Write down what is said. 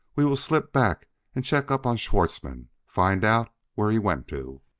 we will slip back and check up on schwartzmann find out where he went to